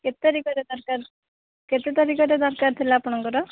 କେତେ ତାରିଖରେ ଦରକାର୍ କେତେ ତାରିଖରେ ଦରକାର୍ ଥିଲା ଆପଣଙ୍କର